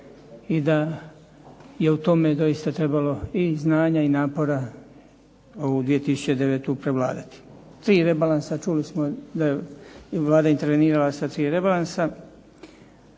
i da je u tome doista trebalo i znanja i napora ovu 2009. prevladati. Tri rebalansa, čuli smo da je Vlada intervenirala sa tri rebalansa